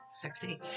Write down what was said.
Sexy